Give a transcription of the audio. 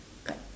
dekat